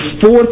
fourth